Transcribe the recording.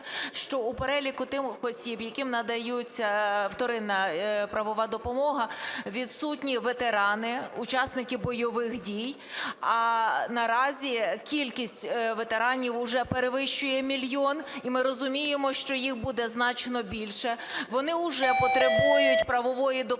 що у переліку тих осіб, яким надається вторинна правова допомога, відсутні ветерани, учасники бойових дій, наразі кількість ветеранів вже перевищує мільйон, і ми розуміємо, що їх буде значно більше. Вони вже потребують правової допомоги,